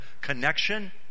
connection